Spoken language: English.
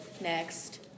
next